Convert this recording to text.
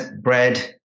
Bread